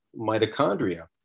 mitochondria